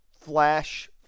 flash